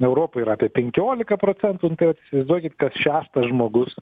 europoj yra apie penkiolika procentų tai vat įsivaizduokit kas šeštas žmogus